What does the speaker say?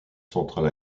centrale